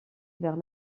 vers